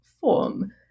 form